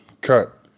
cut